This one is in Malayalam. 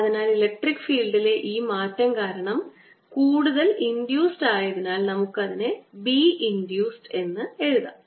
അതിനാൽ ഇലക്ട്രിക് ഫീൽഡിലെ ഈ മാറ്റം കാരണം കൂടുതൽ ഇൻഡ്യൂസ്ഡ് ആയതിനാൽ നമുക്കതിനെ B ഇൻഡ്യൂസ്ഡ് എന്ന് എഴുതാം